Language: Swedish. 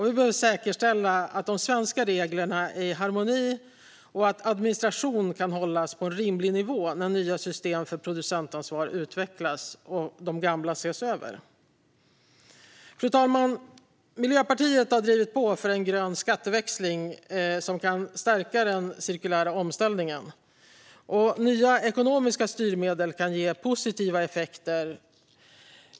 Vi behöver säkerställa att de svenska reglerna är i harmoni och att administrationen kan hållas på en rimlig nivå när nya system för producentansvar utvecklas och de gamla ses över. Fru talman! Miljöpartiet har drivit på för en grön skatteväxling som kan stärka den cirkulära omställningen. Nya ekonomiska styrmedel kan ge positiva effekter.